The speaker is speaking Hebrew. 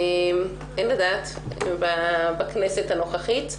אין לדעת בכנסת הנוכחית.